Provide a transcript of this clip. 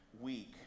week